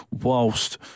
whilst